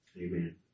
amen